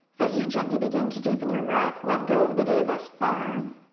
as you gently begin to deepen your breath, let go of the day thus far.